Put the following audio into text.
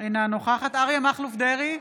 אינה נוכחת אריה מכלוף דרעי,